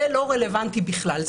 זה לא רלוונטי בכלל.